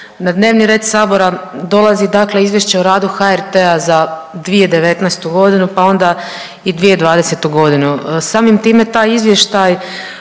na dnevni red Sabora dolazi dakle Izvješće o radu HRT-a za 2019. godinu, pa onda i 2020. godinu. Samim time taj izvještaj